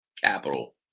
capital